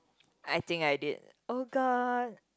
I think I did oh-God